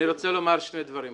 אני רוצה לומר שני דברים.